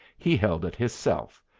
he held it hisself,